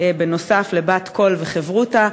נוסף על "בת קול" ו"חברותא".